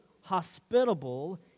hospitable